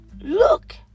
Look